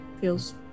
Feels